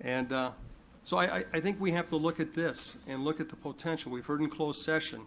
and so i think we have to look at this and look at the potential, we've heard in closed session